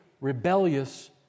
rebellious